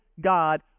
God